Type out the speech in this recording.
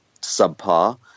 subpar